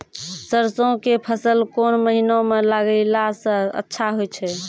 सरसों के फसल कोन महिना म लगैला सऽ अच्छा होय छै?